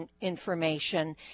information